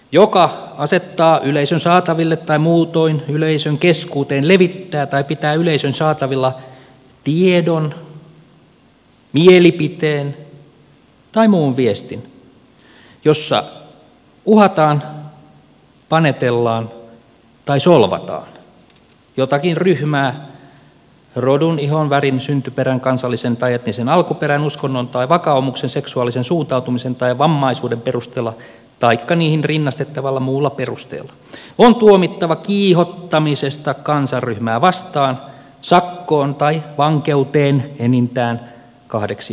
joka asettaa yleisön saataville tai muutoin yleisön keskuuteen levittää tai pitää yleisön saatavilla tiedon mielipiteen tai muun viestin jossa uhataan panetellaan tai solvataan jotakin ryhmää rodun ihonvärin syntyperän kansallisen tai etnisen alkuperän uskonnon tai vakaumuksen seksuaalisen suuntautumisen tai vammaisuuden perusteella taikka niihin rinnastettavalla muulla perusteella on tuomittava kiihottamisesta kansanryhmää vastaan sakkoon tai vankeuteen enintään kahdeksi vuodeksi